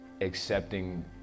accepting